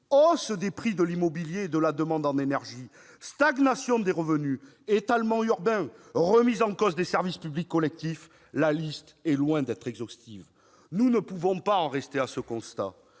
hausse des prix de l'immobilier et de la demande en énergie, stagnation des revenus, étalement urbain, remise en cause des services publics collectifs. La liste est loin d'être exhaustive. Nous ne pouvons en rester à ce constat.